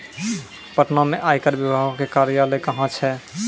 पटना मे आयकर विभागो के कार्यालय कहां छै?